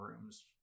rooms